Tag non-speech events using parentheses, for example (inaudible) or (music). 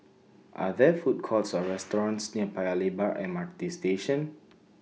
Are There Food Courts (noise) Or restaurants near Paya Lebar M R T Station